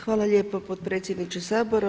Hvala lijepo potpredsjedniče Sabora.